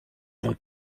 bon